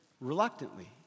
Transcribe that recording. reluctantly